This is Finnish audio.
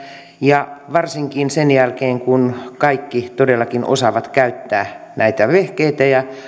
ja varsinkin sen jälkeen kun kaikki todellakin osaavat käyttää näitä vehkeitä ja